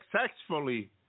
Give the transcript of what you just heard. successfully